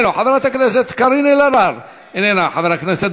אינו נוכח,